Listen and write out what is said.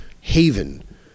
haven